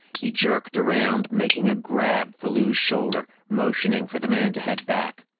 he jerked around, making a grab for lou's shoulder, motioning for the man to head back.